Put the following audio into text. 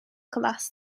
class